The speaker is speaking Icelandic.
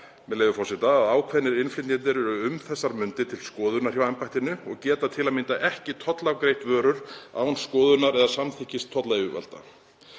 kom fram að ákveðnir innflytjendur væru um þessar mundir til skoðunar hjá embættinu og gætu til að mynda ekki tollafgreitt vörur án skoðunar eða samþykkis tollyfirvalda.